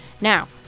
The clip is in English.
Now